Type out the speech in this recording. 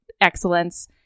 excellence